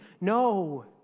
no